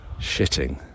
Shitting